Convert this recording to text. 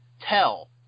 tell